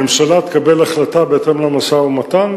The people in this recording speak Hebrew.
הממשלה תקבל החלטה בהתאם למשא-ומתן,